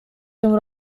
tym